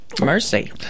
Mercy